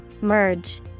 Merge